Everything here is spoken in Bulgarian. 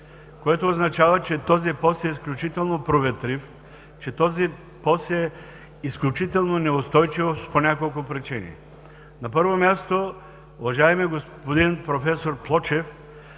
което означава, че този пост е изключително проветрив, изключително неустойчив по няколко причини. На първо място, уважаеми проф. Плочев,